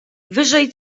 wyżej